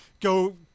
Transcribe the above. go